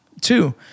Two